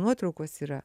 nuotraukos yra